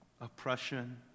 oppression